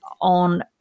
on